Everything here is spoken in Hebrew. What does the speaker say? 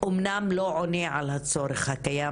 גם אם הוא לא עונה עדיין על הצורך הקיים.